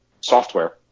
software